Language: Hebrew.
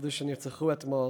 אלו שנרצחו אתמול,